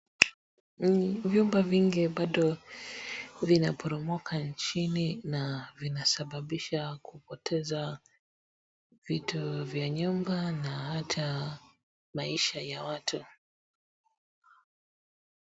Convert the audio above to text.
Vyumba vingi bado vinaporomoka nchini na vinasababisha kupoteza vitu vya nyumba na hata maisha ya watu.